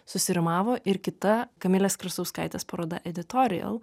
susiformavo ir kita kamilės krasauskaitės paroda editorijal